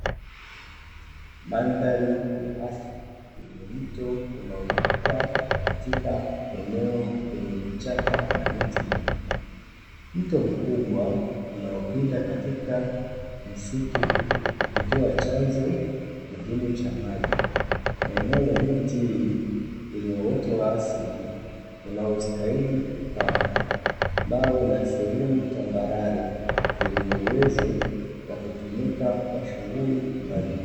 Mandhari ya asili yenye mto unaopita katika eneo lenye vichaka na miti mingi. Mto mkubwa unaopinda katika msitu, ukitoa chanzo kingine cha maji. Maeneo ya miti hii yenye uoto wa asili unaostahili kupandwa, nao una sehemu tambarare yenye uwezo wa kutumika kwa shughuli mbalimbali.